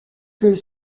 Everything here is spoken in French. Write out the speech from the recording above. que